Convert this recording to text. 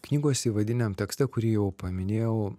knygos įvadiniam tekste kurį jau paminėjau